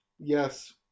yes